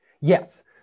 Yes